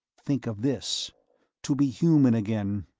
think of this to be human again,